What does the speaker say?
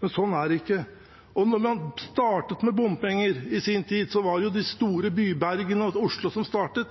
men slik er det ikke. Da man startet med bompenger i sin tid, var det de store byene, Bergen og Oslo, som startet.